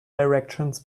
directions